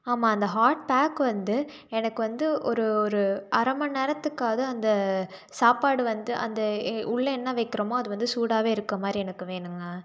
ஆமாம் அந்த hot pack வந்து எனக்கு வந்து ஒரு ஒரு அரை மணி நேரத்துக்காது அந்த சாப்பாடு வந்து அந்த எ உள்ளே என்ன வைக்கிறோமோ அது வந்து சூடாகவே இருக்க மாதிரி எனக்கு வேணுங்க